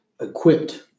equipped